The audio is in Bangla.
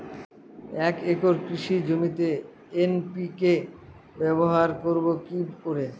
এক একর কৃষি জমিতে এন.পি.কে ব্যবহার করব কি করে?